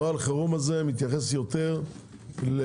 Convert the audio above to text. נוהל החירום הזה מתייחס יותר לפיצוי